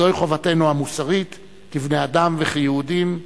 זוהי חובתנו המוסרית כבני-אדם וכיהודים.